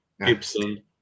Gibson